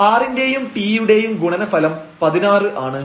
r ന്റെയും t യുടെയും ഗുണനഫലം 16 ആണ്